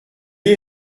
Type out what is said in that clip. est